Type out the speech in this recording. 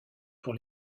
pour